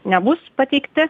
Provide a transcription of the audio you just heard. nebus pateikti